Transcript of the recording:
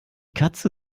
katze